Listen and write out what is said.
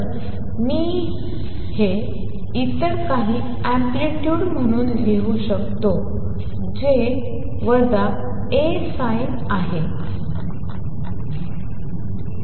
तर हे मी इतर काही अँप्लितुड म्हणून देखील लिहू शकतो जे A sin of kx ωt